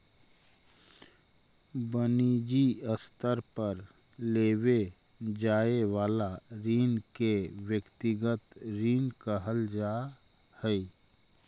वनिजी स्तर पर लेवे जाए वाला ऋण के व्यक्तिगत ऋण कहल जा हई